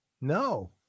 No